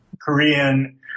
Korean